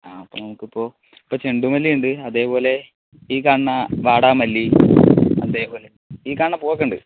ആ നമ്മൾക്കിപ്പോൾ ഇപ്പോൾ ചെണ്ടുമല്ലിയുണ്ട് അതേപോലെ ഈ കാണുന്ന വാടാമല്ലി അതേപോലെ ഈ കാണുന്ന പൂവൊക്കെയുണ്ട്